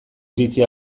iritzi